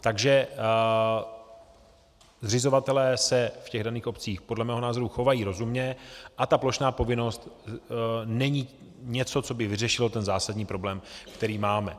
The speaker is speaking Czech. Takže zřizovatelé se v daných obcích podle mého názoru chovají rozumně a plošná povinnost není něco, co by vyřešilo zásadní problém, který máme.